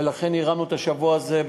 ולכן הרמנו את השבוע הזה.